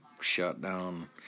shutdown